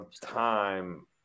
time